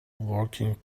working